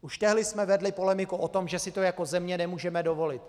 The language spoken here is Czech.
Už tehdy jsme vedli polemiku o tom, že si to jako země nemůžeme dovolit.